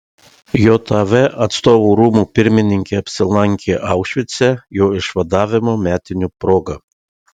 jav atstovų rūmų pirmininkė apsilankė aušvice jo išvadavimo metinių proga